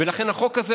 ולכן החוק הזה,